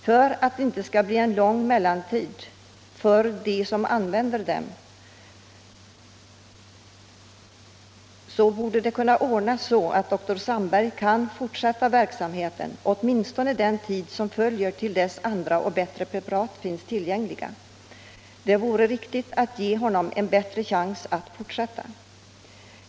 För att det inte skall bli en lång mellantid för dem som använt THX bör det ordnas så att doktor Sandberg kan fortsätta sin verksamhet — åtminstone till dess att andra och bättre preparat finns tillgängliga. Det vore riktigt att ge honom en chans att fortsätta.